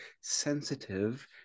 sensitive